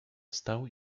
wstał